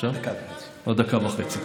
עוד דקה וחצי.